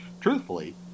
truthfully